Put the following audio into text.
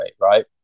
right